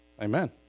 Amen